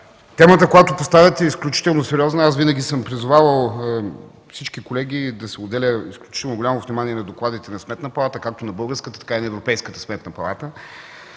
темата, която поставяте, е изключително сериозна. Аз винаги съм призовавал всички колеги да се отделя изключително голямо внимание на докладите на сметните палати – както на българската, така и на Европейската сметна палата.